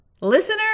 Listener